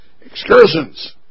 excursions